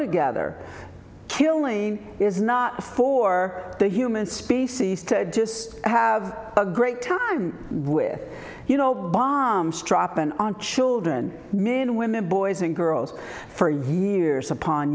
together killing is not for the human species to just have a great time with you no bombs dropping on children men women boys and girls for years upon